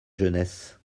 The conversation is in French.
jeunesse